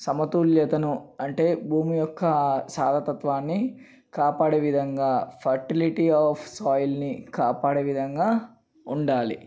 సమతూల్యతను అంటే భూమి యొక్క సారతత్వాన్ని కాపాడే విధంగా ఫర్టిలిటీ ఆఫ్ సాయిల్నీ కాపాడే విధంగా ఉండాలి